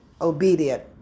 obedient